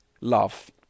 love